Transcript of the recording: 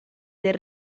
del